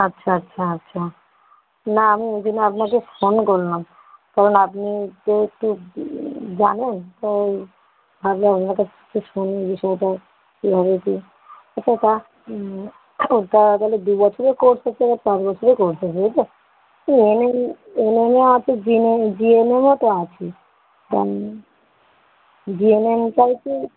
আচ্ছা আচ্ছা আচ্ছা না আমি ওই জন্য আপনাকে ফোন করলাম কারণ আপনি তো একটু জানেন তাই ভাবলাম আপনাকে ফোনেই জিজ্ঞাসা করি তো কীভাবে কী আচ্ছা তা তা বলে দু বছরের কোর্স আছে আর চার বছরের কোর্স আছে এই তো তো এন এম এন এমও আছে জি নেম জি এন এমও তো আছে হ্যাঁ জি এন এমটাই কি